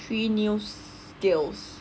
three new skills